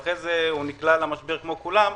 ואחרי זה הוא נקלע למשבר כמו כולם,